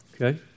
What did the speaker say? Okay